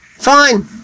Fine